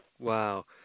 Wow